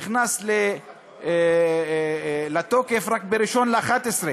נכנס לתוקף רק ב-1 בנובמבר,